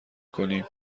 کنیم